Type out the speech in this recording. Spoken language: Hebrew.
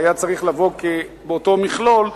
שהיה צריך לבוא באותו מכלול,